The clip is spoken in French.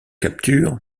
capture